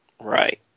Right